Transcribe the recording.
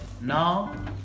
now